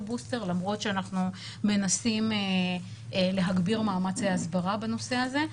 אותו למרות שאנחנו מנסים להגביר מאמצי הסברה בנושא הזה.